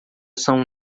são